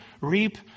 reap